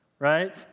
right